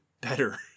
better